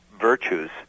virtues